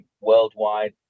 worldwide